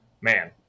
man